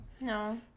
No